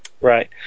Right